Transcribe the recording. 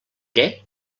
què